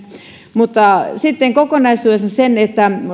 mutta sitten kokonaisuudessaan